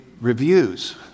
reviews